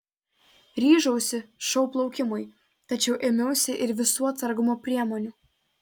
ryžausi šou plaukimui tačiau ėmiausi ir visų atsargumo priemonių